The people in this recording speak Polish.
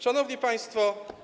Szanowni Państwo!